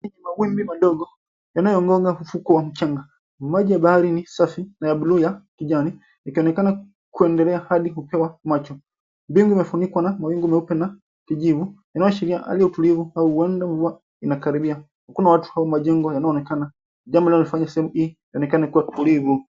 Yenye mawimbi madogo yanayoyagonga usuko wa mchanga. Maji ya bahari ni safi na ya blue ya kijani, ikaonekana kuendelea hadi kupewa macho. Mbingu imefunikwa na mawingu meupe na kijivu, inayoashiria hali ya utulivu au huenda mvua inakaribia. Hakuna watu au majengo yanaonekana, jambo linalofanya sehemu hii ionekane kuwa tulivu.